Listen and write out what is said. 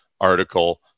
article